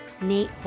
Nate